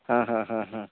ஹ ஹ ஹ ஹ